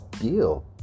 deal